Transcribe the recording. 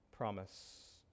promise